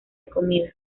comida